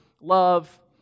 love